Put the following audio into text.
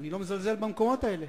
אני לא מזלזל במקומות האלה.